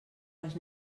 les